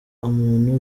umuntu